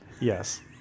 Yes